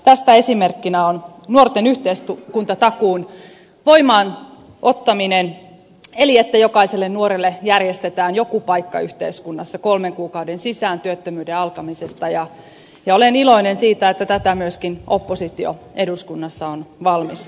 tästä esimerkkinä on nuorten yhteiskuntatakuun voimaan ottaminen eli jokaiselle nuorelle järjestetään joku paikka yhteiskunnassa kolmen kuukauden sisään työttömyyden alkamisesta ja olen iloinen siitä että tätä myöskin oppositio eduskunnassa on valmis tukemaan